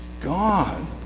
God